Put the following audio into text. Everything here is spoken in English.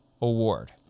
Award